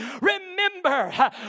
Remember